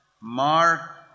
Mark